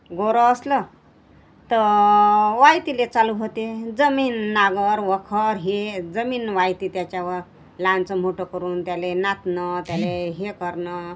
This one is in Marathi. गोन्हं असलं तर वायतीले चालू होते जमीन नांगर वखर हे जमीन व्हायती त्याच्यावर लहानाचं मोठं करून त्याला नातनं त्याला हे करणं